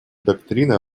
доктрина